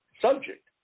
subject